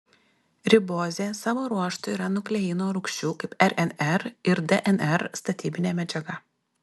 ribozė savo ruožtu yra nukleino rūgščių kaip rnr ir dnr statybinė medžiaga